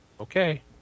Okay